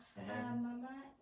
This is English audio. Mama